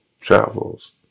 travels